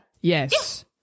Yes